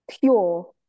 pure